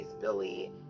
Billy